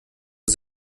für